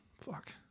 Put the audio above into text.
Fuck